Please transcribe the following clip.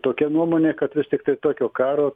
tokia nuomonė kad vis tiktai tokio karo